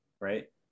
right